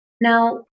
Now